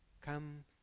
Come